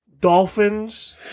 Dolphins